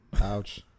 ouch